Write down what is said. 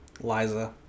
Liza